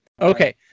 Okay